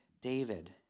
David